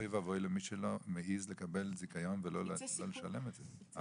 אוי ואבוי למי שמקבל את הזיכיון ולא משלם את זה.